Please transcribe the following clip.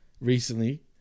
recently